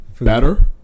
better